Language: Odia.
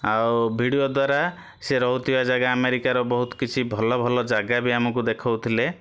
ଆଉ ଭିଡ଼ିଓ ଦ୍ଵାରା ସେ ରହୁଥିବା ଜାଗା ଆମେରିକାର ବହୁତ କିଛି ଭଲ ଭଲ ଜାଗା ବି ଆମକୁ ଦେଖଉଥିଲେ